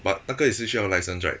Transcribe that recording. but 那个也是需要 license right